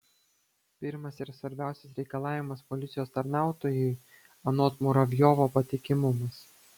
pirmas ir svarbiausias reikalavimas policijos tarnautojui anot muravjovo patikimumas